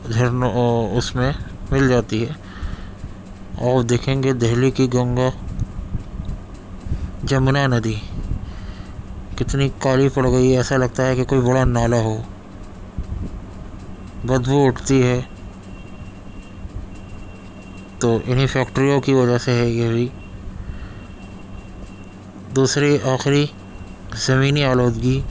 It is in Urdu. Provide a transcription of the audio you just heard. جھرنوں اس میں مل جاتی ہے اور دیکھیں گے دہلی کی گنگا جمنا ندی کتنی کالی پڑگئی ہے ایسا لگتا ہے کہ کوئی بڑا نالا ہو بدبو اٹھتی ہے تو انہیں فیکٹریوں کی وجہ سے ہے یہ بھی دوسری آخری زمینی آلودگی